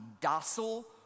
docile